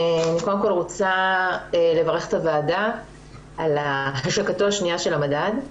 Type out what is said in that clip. אני קודם כל רוצה לברך את הוועדה על השקתו השנייה של המדד.